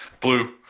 Blue